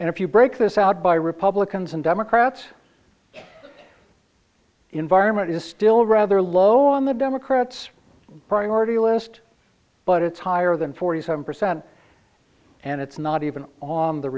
and if you break this out by republicans and democrats environment is still rather low on the democrats priority list but it's higher than forty seven percent and it's not even on the